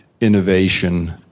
innovation